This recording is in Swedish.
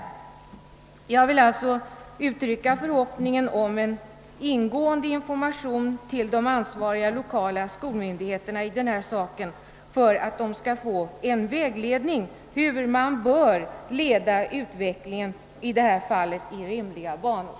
Jag vill alltså uttrycka en förhoppning om en ingående information till de ansvariga lokala skolmyndigheterna i den här saken för att de skall få en vägledning om hur man bör leda utvecklingen in i rimliga banor.